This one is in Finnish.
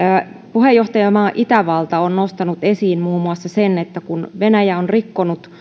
puheenjohtajamaa itävalta on nostanut esiin muun muassa sen että kun venäjä on rikkonut